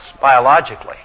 biologically